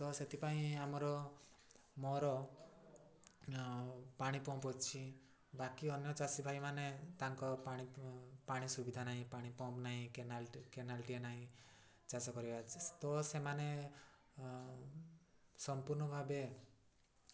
ତ ସେଥିପାଇଁ ଆମର ମୋର ପାଣିପମ୍ପ୍ ଅଛି ବାକି ଅନ୍ୟ ଚାଷୀ ଭାଇମାନେ ତାଙ୍କ ପାଣି ପାଣି ସୁବିଧା ନାହିଁ ପାଣିପମ୍ପ୍ ନାହିଁ କେନାଲଟି କେନାଲଟିଏ ନାହିଁ ଚାଷ କରିବା ଅଛି ତ ସେମାନେ ସମ୍ପୂର୍ଣ୍ଣ ଭାବେ